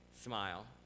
Smile